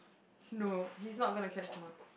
no he's not gona catch the mouse